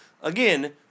Again